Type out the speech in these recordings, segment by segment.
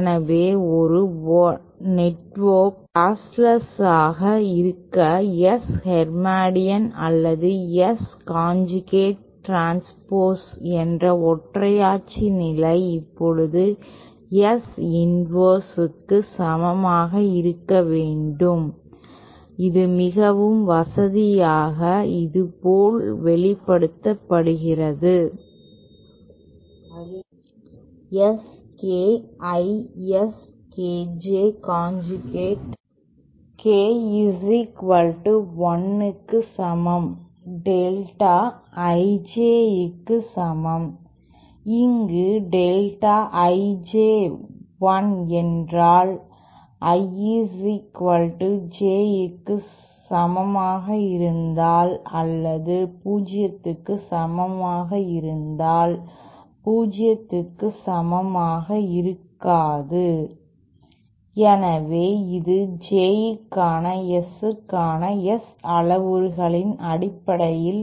எனவே ஒரு network lossless ஆக இருக்க S ஹெர்மேட்டியன் அல்லது S கான்ஜுகேட் டிரான்ஸ்போஸ் என்ற ஒற்றையாட்சி நிலை இப்போது S இன்வர்ஸ் சமமாக இருக்க வேண்டும் மாஸ் இது மிகவும் வசதியாக இது போல வெளிப்படுத்தப்படுகிறது SKISKJ கான்ஜூகேட் K1 க்கு சமம் டெல்டா IJ க்கு சமம் அங்கு டெல்டா IJ 1 என்றால் IJ க்கு சமமாக இருந்தால் அல்லது 0 க்கு சமமாக இருந்தால் 0 க்கு சமமாக இருக்காது எனவே இது Z க்கான S க்கான S அளவுருவின் அடிப்படையில்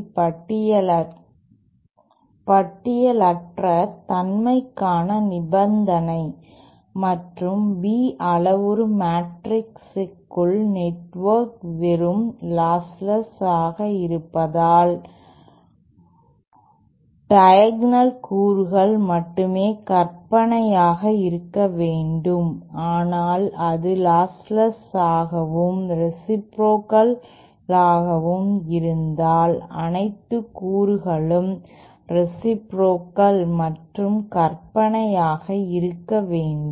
பட்டியலற்ற தன்மைக்கான நிபந்தனை மற்றும் B அளவுரு மெட்ரிக்குகள் நெட்வொர்க் வெறும் லாஸ்ட்லெஸ் ஆக இருந்தால் டயகனல் கூறுகள் மட்டுமே கற்பனையாக இருக்க வேண்டும் ஆனால் அது லாஸ்ட்லெஸ் ஆகவும் ரேசிப்ரோகல் ஆகவும் இருந்தால் அனைத்து கூறுகளும் ரேசிப்ரோகல் மற்றும் கற்பனையாக இருக்க வேண்டும்